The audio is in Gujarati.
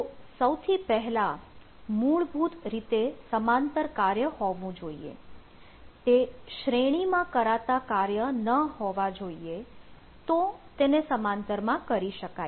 તો સૌથી પહેલા મૂળભૂત રીતે સમાંતર કાર્ય હોવું જોઈએ તે શ્રેણીમાં કરાતા કાર્ય ન હોવા જોઈએ તો તેને સમાંતરમાં કરી શકાય